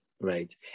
Right